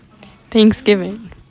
Thanksgiving